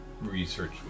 research